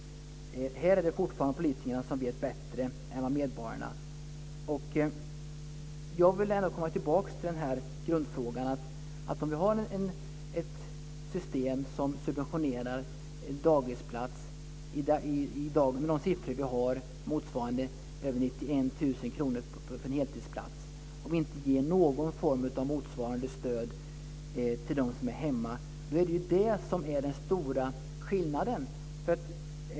Här är det fortfarande politikerna som vet bättre än medborgarna. Jag vill komma tillbaka till grundfrågan, nämligen att om det finns ett system som subventionerar en dagisplats med motsvarande mer än 91 000 kr för en heltidsplats om det inte går att ge någon form av motsvarande stöd till dem som är hemma. Det är det som är den stora skillnaden.